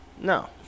No